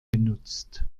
genutzt